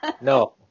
no